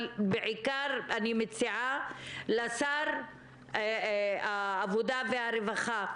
אבל בעיקר אני מציעה לשר העבודה והרווחה,